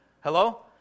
Hello